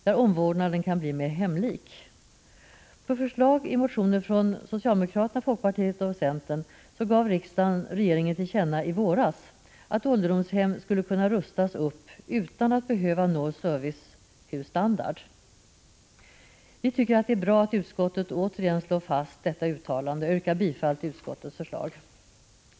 Där kan omvårdnaden bli mera hemlik. På förslag i motioner från socialdemokraterna, folkpartiet och centern gav riksdagen i våras regeringen till känna att ålderdomshemmen skulle kunna rustas upp utan att de för den skull behöver nå upp till servicehusstandard. Vi tycker att det är bra att utskottet återigen slår fast detta. Jag yrkar bifall till utskottets hemställan.